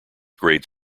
grade